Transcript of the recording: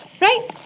right